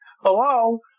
Hello